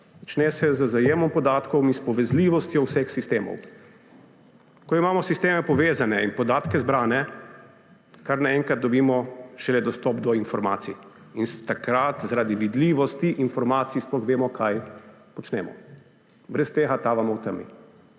začne se z zajemom podatkov in s povezljivostjo vseh sistemov. Ko imamo sisteme povezane in podatke zbrane, kar naenkrat dobimo šele dostop do informacij, in takrat zaradi vidljivosti informacij sploh vemo, kaj počnemo. Brez tega tavamo v temi.